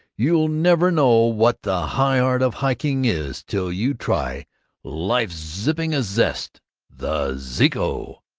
you'll never know what the high art of hiking is till you try life's zippingest zest the zeeco!